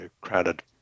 crowded